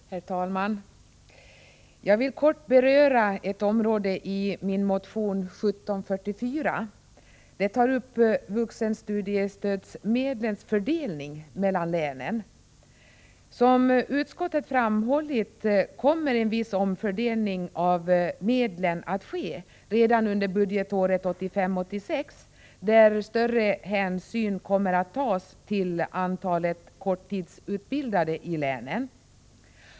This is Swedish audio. Herr talman! Jag vill kort beröra ett område som jag tagit upp i min motion 1744, nämligen vuxenstudiestödsmedlens fördelning mellan länen. Som utskottet framhållit, kommer en viss omfördelning av medlen att ske redan under budgetåret 1985/86, där större hänsyn tas till antalet korttidsutbildade i länen.